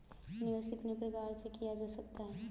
निवेश कितनी प्रकार से किया जा सकता है?